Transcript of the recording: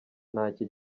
ntacyo